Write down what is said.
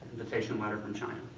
the patient letter from china.